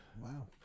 Wow